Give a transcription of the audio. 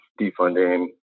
defunding